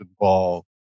involved